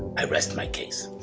i rest my case.